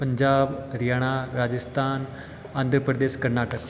Punjab Haryana Rajasthan Andhra Pradesh Karnataka